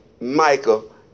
Michael